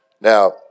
Now